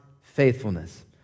faithfulness